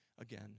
again